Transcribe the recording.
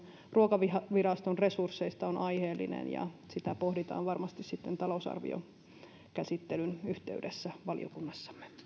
ruokaviraston resursseista on aiheellinen ja sitä pohditaan varmasti sitten talousarviokäsittelyn yhteydessä valiokunnassamme